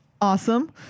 Awesome